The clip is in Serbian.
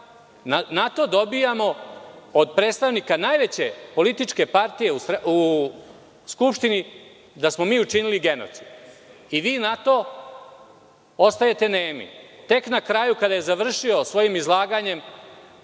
to dobijamo od predstavnika najveće političke partije u Skupštini, da smo mi učinili genocid. I vi na to ostajete nemi. Tek na kraju kada je završio sa svojim izlaganjem,